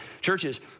churches